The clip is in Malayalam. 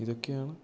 ഇതൊക്കെയാണ്